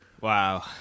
wow